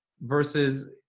Versus